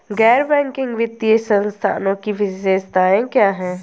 गैर बैंकिंग वित्तीय संस्थानों की विशेषताएं क्या हैं?